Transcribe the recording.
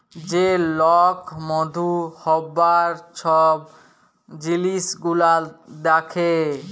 যে লক মধু হ্যবার ছব জিলিস গুলাল দ্যাখে